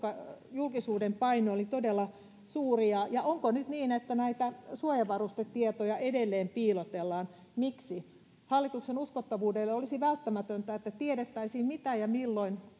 julkisuuden paine oli todella suuri ja ja onko nyt niin että näitä suojavarustetietoja edelleen piilotellaan miksi hallituksen uskottavuudelle olisi välttämätöntä että tiedettäisiin mitä ja milloin